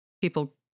people